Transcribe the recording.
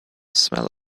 smell